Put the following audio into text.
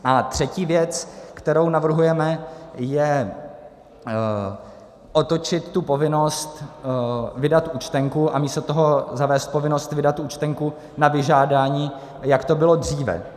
A třetí věc, kterou navrhujeme, je otočit tu povinnost vydat účtenku a místo toho zavést povinnost vydat tu účtenku na vyžádání, jak to bylo dříve.